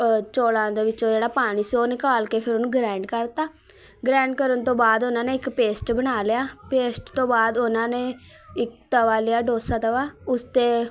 ਚੋਲਾਂ ਦੇ ਵਿੱਚ ਜਿਹੜਾ ਪਾਣੀ ਸੀ ਉਹ ਨਿਕਾਲ ਕੇ ਫਿਰ ਉਹਨੂੰ ਗਰੈਂਡ ਕਰਤਾ ਗਰੈਂਡ ਕਰਨ ਤੋਂ ਬਾਅਦ ਉਨ੍ਹਾ ਨੇ ਇੱਕ ਪੇਸਟ ਬਣਾ ਲਿਆ ਪੇਸਟ ਤੋਂ ਬਾਅਦ ਉਨ੍ਹਾਂ ਨੇ ਇੱਕ ਤਵਾ ਲਿਆ ਡੋਸਾ ਤਵਾ ਉਸ 'ਤੇ